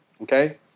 Okay